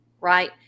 right